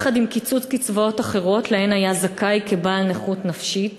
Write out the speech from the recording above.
יחד עם קיצוץ קצבאות אחרות שלהן הוא היה זכאי כבעל נכות נפשית,